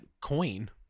coin